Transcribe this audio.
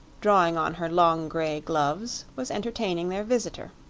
drawing on her long gray gloves, was entertaining their visitor.